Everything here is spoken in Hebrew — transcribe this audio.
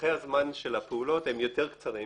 טווחי הזמן של הפעולות הם יותר קצרים,